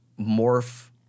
morph